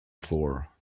floor